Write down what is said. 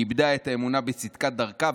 היא איבדה את אמונה בצדקת דרכה,